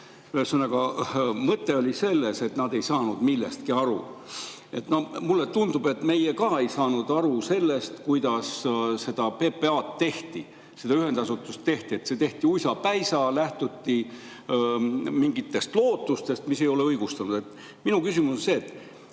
mõte oli selles, et nad ei saanud millestki aru. Mulle tundub, et ka meie ei saanud aru, kuidas PPA‑d, seda ühendasutust tehti. See tehti uisapäisa, lähtudes mingitest lootustest, mis ei olnud õigustatud. Minu küsimus on see: kes